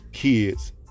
kids